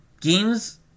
Games